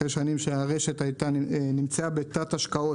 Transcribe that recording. אחרי שנים שבהן הרשת נמצאה בתת השקעות,